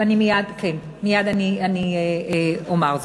מייד אני אומר זאת.